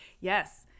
Yes